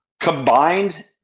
combined